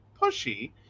pushy